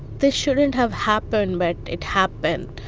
this shouldn't have happened, but it happened.